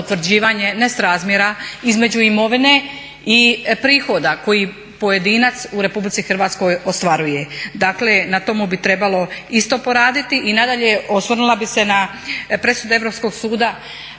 utvrđivanje nesrazmjera između imovine i prihoda koji pojedinac u RH ostvaruje. Dakle, na tomu bi trebalo isto poraditi. I nadalje, osvrnula bi se na presude Europskog suda